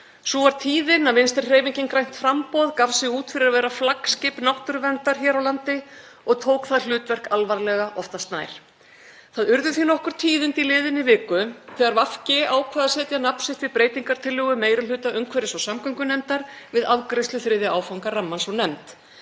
Sú var tíðin að Vinstrihreyfingin – grænt framboð gaf sig út fyrir að vera flaggskip náttúruverndar hér á landi og tók það hlutverk alvarlega oftast nær. Það urðu hér nokkur tíðindi í liðinni viku þegar VG ákvað að setja nafn sitt við breytingartillögu meiri hluta umhverfis- og samgöngunefndar við afgreiðslu 3. áfanga rammans úr nefnd,